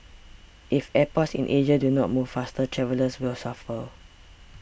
if airports in Asia do not move faster travellers will suffer